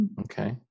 Okay